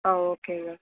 ஆ ஓகேங்க